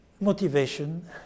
motivation